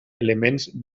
elements